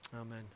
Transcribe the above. Amen